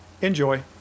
Enjoy